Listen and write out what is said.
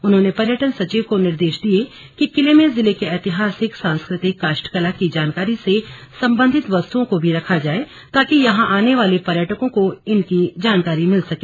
उन्होंने पर्यटन सचिव को निर्देश दिए कि किले में जिले के ऐतिहासिक सांस्कृतिक काष्ठ कला की जानकारी से संबंधित वस्तुओं को भी रखा जाए ताकि यहां आने वाले पर्यटकों को इनकी जानकारी मिल सके